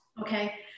Okay